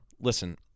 listen